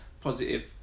positive